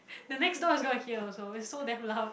the next door is gonna hear also it's so damn loud